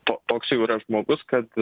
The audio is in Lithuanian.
to toks jau yra žmogus kad